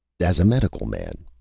as a medical man,